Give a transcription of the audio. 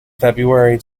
february